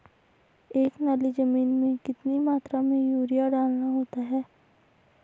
एक नाली जमीन में कितनी मात्रा में यूरिया डालना होता है?